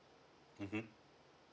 mmhmm